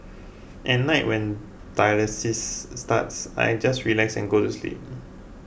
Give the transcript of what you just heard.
at night when dialysis starts I just relax and go to sleep